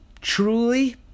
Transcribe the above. truly